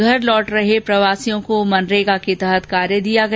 घर लौट रहे प्रवासियों को मनरेगा के तहत कार्य दिया गया